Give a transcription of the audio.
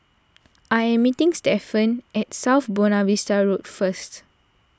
I am meeting Stefan at South Buona Vista Road first